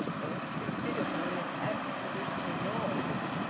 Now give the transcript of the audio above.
every bit of me is absolutely yours.